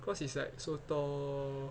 because it's like so tall